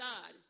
God